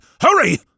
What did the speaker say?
Hurry